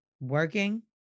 Working